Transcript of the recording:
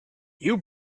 you